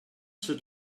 should